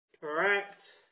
Correct